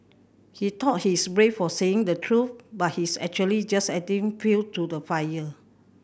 he thought he's brave for saying the truth but he's actually just adding fuel to the fire